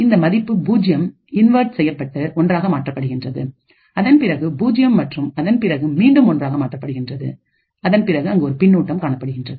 இந்த மதிப்பு பூஜ்ஜியம் இன்வெர்ட் செய்யப்பட்ட ஒன்றாக மாற்றப்படுகிறது அதன் பிறகு பூஜ்ஜியம் மற்றும் அதன் பிறகு மீண்டும் ஒன்றாக மாற்றப்பட்டு அதன்பிறகு அங்கு ஒரு பின்னூட்டம் காணப்படுகின்றது